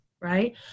right